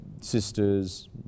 sisters